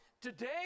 Today